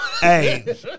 Hey